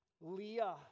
Leah